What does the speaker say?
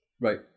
Right